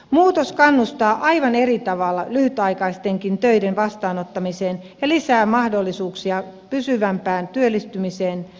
muutos kannustaa aivan eri tavalla lyhytaikaistenkin töiden vastaanottamiseen ja lisää mahdollisuuksia pysyvämpään työllistymiseen